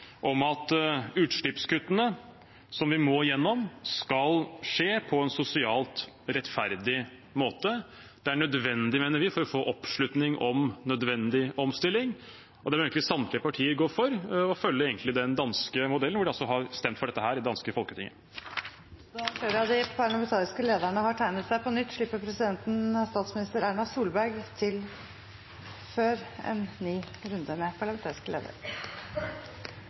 om at utslippskuttene som vi må igjennom, skal skje på en sosialt rettferdig måte. Det er nødvendig, mener vi, for å få oppslutning om nødvendig omstilling. Det bør egentlig samtlige partier gå for – og med det følge den danske modellen. De har altså stemt for dette i det danske Folketinget. Da flere av de parlamentariske lederne har tegnet seg på nytt, slipper presidenten statsminister Erna Solberg til før den runden. På slutten av en